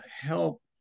help